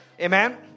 amen